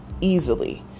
easily